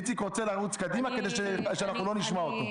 איציק רוצה לרוץ קדימה כדי שלא נשמע אותו.